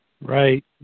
Right